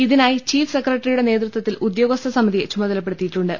ഇതിനായി chief secretary യുടെ നേതൃത്വത്തിൽ ഉദ്യോഗസ്ഥ സമിതിയെ ചുമതലപ്പെടുത്തി യിട്ടുണ്ട്